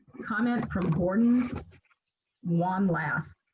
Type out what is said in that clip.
comment from gordon wanlass.